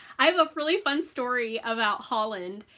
i have a really fun story about holland.